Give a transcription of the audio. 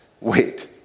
wait